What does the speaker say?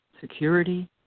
security